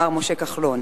מר משה כחלון.